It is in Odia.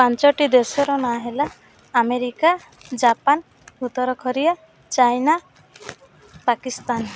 ପାଞ୍ଚଟି ଦେଶର ନାଁ ହେଲା ଆମେରିକା ଜାପାନ ଉତ୍ତର କୋରିଆ ଚାଇନା ପାକିସ୍ତାନ